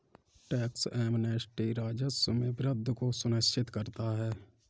tax amnesty राजस्व में वृद्धि को सुनिश्चित करता है